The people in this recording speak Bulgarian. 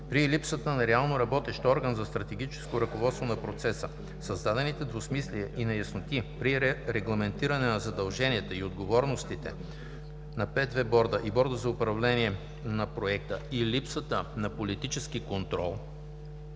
При липсата на реално работещ орган за стратегическо ръководство на процеса, създадените двусмислия и неясноти при регламентиране на задълженията и отговорностите на П2Борда и Борда за управление на проекта и липсата на политически контрол